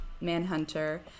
Manhunter